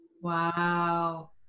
Wow